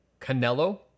Canelo